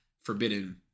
forbidden